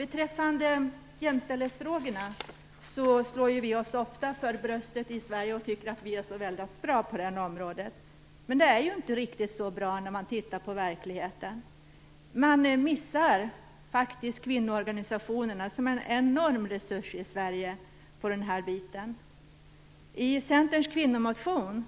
I jämställdhetsfrågorna slår vi i Sverige oss ofta för bröstet och tycker att vi är så väldans bra på det området. Men riktigt så bra är det inte. Det framgår när man tittar på verkligheten. Man missar faktiskt kvinnoorganisationerna, som är en enorm resurs i Sverige på det här området. I Centerns kvinnomotion